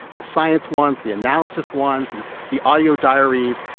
the science ones, the analysis ones, the the audio diaries.